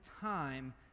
time